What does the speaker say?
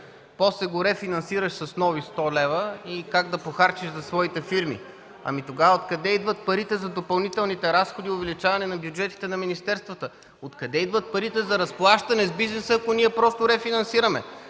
после го рефинансираш с нови 100 лв. и как да похарчиш за своите фирми? Ами тогава, откъде идват парите за допълнителните разходи и увеличаване на бюджетите на министерствата, откъде идват парите за разплащане с бизнеса, ако ние просто рефинансираме?!